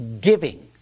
Giving